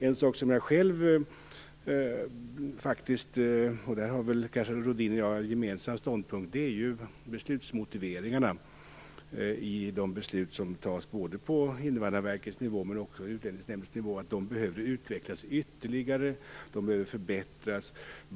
En sak som jag själv faktiskt anser - och där har kanske Lennart Rohdin och jag en gemensam ståndpunkt - är att beslutsmotiveringarna i de beslut som fattas både på Invandrarverkets nivå men också på Utlänningsnämndens nivå behöver utvecklas ytterligare. De behöver förbättras.